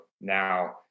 now